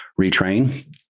retrain